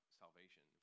salvation